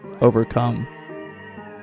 overcome